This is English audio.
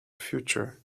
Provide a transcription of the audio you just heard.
future